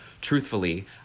truthfully